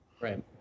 Right